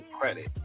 credit